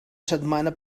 setmana